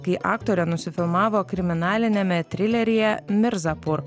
kai aktorė nusifilmavo kriminaliniame trileryje mirzapur